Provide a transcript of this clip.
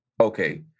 Okay